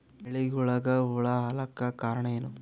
ಬೆಳಿಗೊಳಿಗ ಹುಳ ಆಲಕ್ಕ ಕಾರಣಯೇನು?